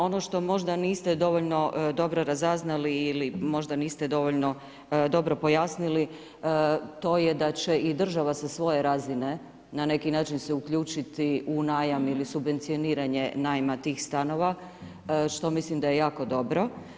Ono to možda niste dovoljno dobro razaznali ili možda niste dovoljno dobro pojasnili, to je da će i država sa svoje razine na neki način se uključiti u najam ili subvencioniranje najma tih stanova, što mislim da je jako dobro.